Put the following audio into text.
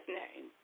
name